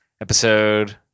Episode